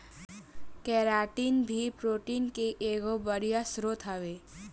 keratin भी protein के एगो बढ़िया स्रोत हवे